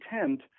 intent